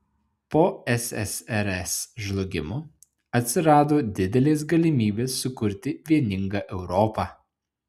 po ssrs žlugimo atsirado didelės galimybės sukurti vieningą europą